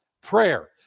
Prayer